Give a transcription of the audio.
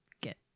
get